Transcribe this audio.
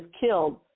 killed